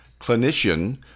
clinician